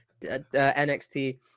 nxt